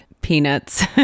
peanuts